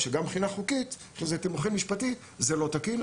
גם מבחינה חוקית - יש לזה תימוכין משפטי - זה לא תקין.